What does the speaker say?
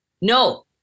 No